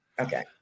Okay